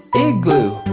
igloo